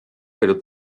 pero